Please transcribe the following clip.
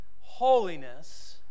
Holiness